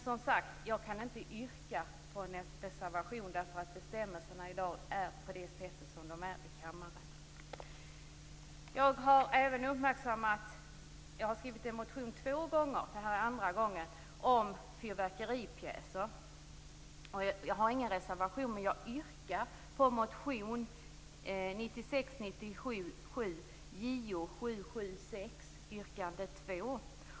Jag kan som sagt inte yrka bifall till en reservation, därför att bestämmelserna är som de är i dag. Jag har två gånger skrivit motioner - detta är andra gången - om fyrverkeripjäser. Jag har ingen reservation, men jag yrkar bifall till motion 1996/97 Jo776, yrkande 2.